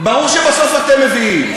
ברור שבסוף אתם מביאים.